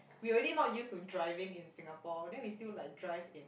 we already not used to driving in Singapore then we still like drive in